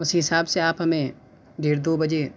اس حساب سے آپ ہمیں ڈیڑھ دو بجے